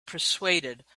persuaded